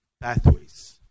pathways